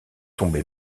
tombé